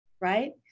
right